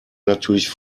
natürlich